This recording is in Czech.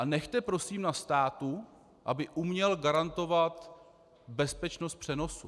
Nechte prosím na státu, aby uměl garantovat bezpečnost přenosu.